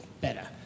better